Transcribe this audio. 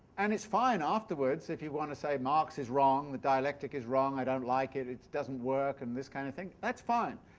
and it's fine afterwards if you want to say marx is wrong the dialectic is wrong, i don't like it, it doesn't work', and this kind of thing. that's fine.